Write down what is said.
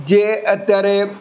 જે અત્યારે